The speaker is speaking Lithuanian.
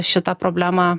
šitą problemą